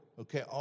Okay